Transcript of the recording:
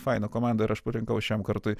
faina komanda ir aš parinkau šiam kartui